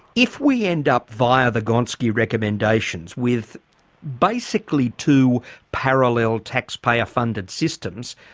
if we end up via the gonski recommendations, with basically two parallel taxpayer-funded systems,